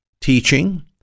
teaching